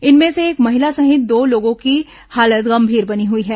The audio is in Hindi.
इनमें से एक महिला सहित दो लोगों की हालत गंभीर बनी हई है